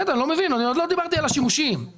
עוד לא דיברתי על השימושים.